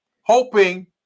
hoping